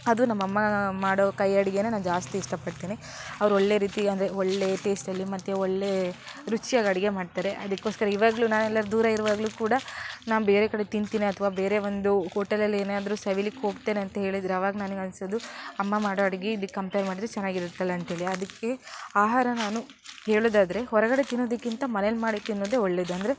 ಅದು ನಮ್ಮ ಅಮ್ಮ ಮಾಡೋ ಕೈ ಅಡುಗೇನೇ ನಾ ಜಾಸ್ತಿ ಇಷ್ಟಪಡ್ತೀನಿ ಅವ್ರು ಒಳ್ಳೆಯ ರೀತಿ ಅಂದರೆ ಒಳ್ಳೆಯ ಟೇಸ್ಟಲ್ಲಿ ಮತ್ತು ಒಳ್ಳೆಯ ರುಚಿಯಾಗಿ ಅಡುಗೆ ಮಾಡ್ತಾರೆ ಅದಕ್ಕೋಸ್ಕರ ಇವಾಗಲೂ ನಾ ಎಲ್ಲಾದ್ರು ದೂರ ಇರುವಾಗಲೂ ಕೂಡ ನಾನು ಬೇರೆ ಕಡೆ ತಿಂತೀನಿ ಅಥ್ವಾ ಬೇರೆ ಒಂದು ಹೋಟೆಲಲ್ಲಿ ಏನಾದರೂ ಸವಿಯಲಿಕ್ಕೆ ಹೋಗ್ತೇನೆ ಅಂತ್ಹೇಳಿದ್ರೆ ಆವಾಗ ನನಗ್ ಅನ್ಸೋದು ಅಮ್ಮ ಮಾಡೋ ಅಡುಗೆ ಇದಕ್ಕೆ ಕಂಪೇರ್ ಮಾಡಿದರೆ ಚೆನ್ನಾಗಿರುತ್ತಲ್ಲಾ ಅಂತ್ಹೇಳಿ ಅದಕ್ಕೆ ಆಹಾರ ನಾನು ಹೇಳೋದಾದ್ರೆ ಹೊರಗಡೆ ತಿನ್ನೋದಕ್ಕಿಂತ ಮನೆಯಲ್ಲಿ ಮಾಡಿ ತಿನ್ನೋದೇ ಒಳ್ಳೆಯದು ಅಂದರೆ